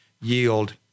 yield